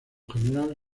general